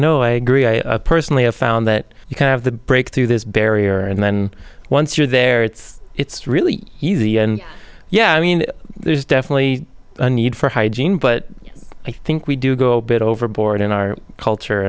way gree i personally have found that you can have the break through this barrier and then once you're there it's it's really easy and yeah i mean there's definitely a need for hygiene but i think we do go a bit overboard in our culture